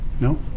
no